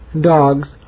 dogs